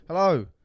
hello